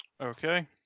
Okay